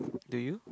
do you